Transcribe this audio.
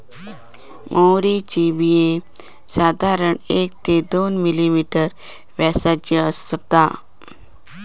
म्होवरीची बिया साधारण एक ते दोन मिलिमीटर व्यासाची असतत